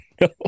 No